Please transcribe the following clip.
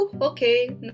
okay